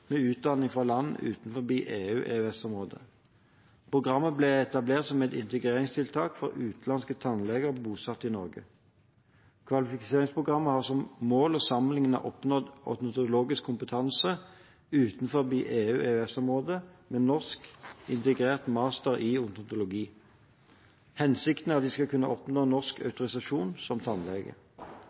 med utdanning fra land utenfor EU/EØS-området. Programmet ble etablert som et integreringstiltak for utenlandske tannleger bosatt i Norge. Kvalifiseringsprogrammet har som mål å sammenligne oppnådd odontologisk kompetanse utenfor EU/EØS-området med norsk, integrert master i odontologi. Hensikten er at de skal kunne oppnå norsk autorisasjon som tannlege.